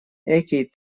экий